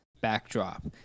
backdrop